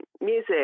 music